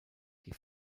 die